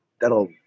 that'll